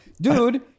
Dude